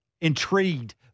intrigued